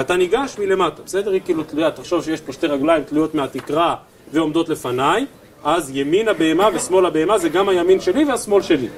אתה ניגש מלמטה, בסדר? היא כאילו תלויה, תחשוב שיש פה שתי רגליים תלויות מהתקרה ועומדות לפניי, אז ימין הבהמה ושמאל הבהמה זה גם הימין שלי והשמאל שלי